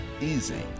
easy